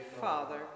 Father